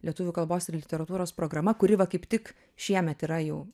lietuvių kalbos ir literatūros programa kuri va kaip tik šiemet yra jau